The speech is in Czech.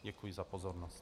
Děkuji za pozornost.